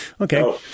Okay